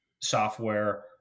software